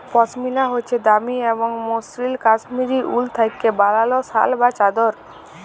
পশমিলা হছে দামি এবং মসৃল কাশ্মীরি উল থ্যাইকে বালাল শাল বা চাদর